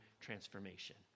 transformation